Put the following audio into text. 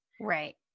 Right